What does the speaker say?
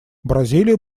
бразилия